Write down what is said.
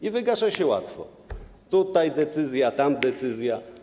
I wygasza się łatwo: tutaj decyzja, tam decyzja.